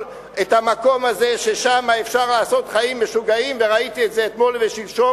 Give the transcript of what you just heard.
המקום הזה ששם אפשר לעשות חיים משוגעים וראיתי את זה אתמול ושלשום,